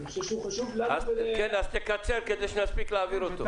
אני חושב שהוא חשוב לנו --- אז תקצר כדי שנספיק להעביר אותו.